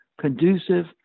conducive